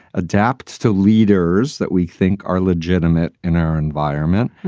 adapt to leaders that we think are legitimate in our environment.